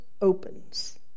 Opens